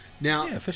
now